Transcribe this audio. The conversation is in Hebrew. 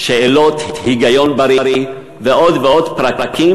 שאלות היגיון בריא ועוד ועוד פרקים